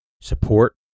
support